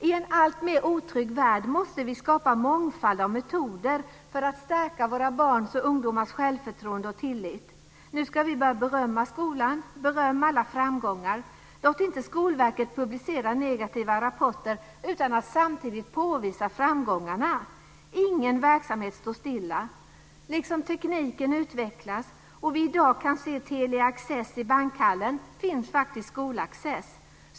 I en alltmer otrygg värld måste vi skapa en mångfald av metoder för att stärka våra barns och ungdomars självförtroende och tillit. Nu ska vi börja berömma skolan, berömma alla framgångar. Låt inte Skolverket publicera negativa rapporter utan att samtidigt påvisa framgångarna. Ingen verksamhet står stilla. Liksom tekniken utvecklas och vi i dag kan se Telia Access i Bankhallen, finns faktiskt Skolaccess.